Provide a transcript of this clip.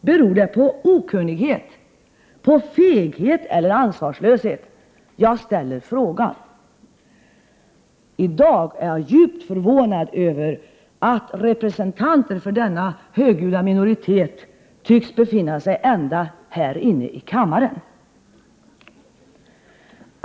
Beror det på okunnighet, på feghet eller ansvarslöshet? Jag ställer frågan. I dag är jag djupt förvånad över att representanter för denna högljudda minoritet tycks befinna sig ända här inne i kammaren.